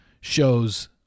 shows